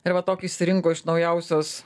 ir va tokį išsirinko iš naujausios